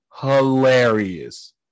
hilarious